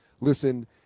listen